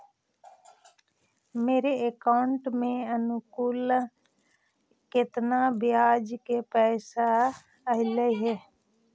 मेरे अकाउंट में अनुकुल केतना बियाज के पैसा अलैयहे?